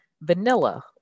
vanilla